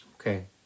Okay